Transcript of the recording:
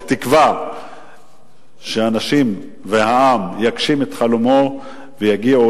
בתקווה שהעם יגשים את חלומו ויגיעו